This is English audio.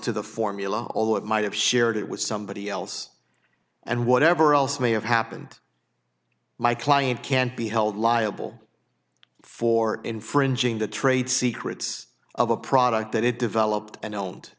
to the formula although it might have shared it with somebody else and whatever else may have happened my client can't be held liable for infringing the trade secrets of a product that it developed an